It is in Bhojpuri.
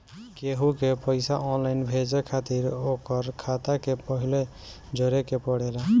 केहू के पईसा ऑनलाइन भेजे खातिर ओकर खाता के पहिले जोड़े के पड़ेला